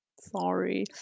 Sorry